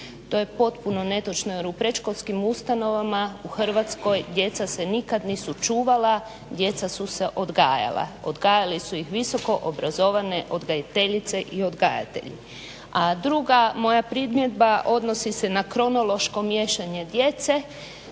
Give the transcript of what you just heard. to je potpuno netočno jer u predškolskim ustanovama u Hrvatskoj djeca se nikad nisu čuvala, djeca su se odgajala, odgajali su ih visoko obrazovane odgajateljice i odgajatelji. A druga moja primjedba odnosi se na kronološko miješanje djece,